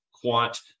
quant